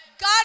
God